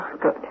Good